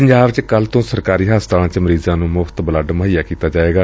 ਪੰਜਾਬ ਚ ਭਲਕੇ ਤੋ ਸਰਕਾਰੀ ਹਸਪਤਾਲਾਂ ਚ ਮਰੀਜ਼ਾਂ ਨੂੰ ਮੁਫ਼ਤ ਬਲੱਡ ਮੁੱਹਈਆ ਕੀਤਾ ਜਾਇਆ ਕਰੇਗਾ